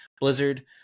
Blizzard